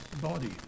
body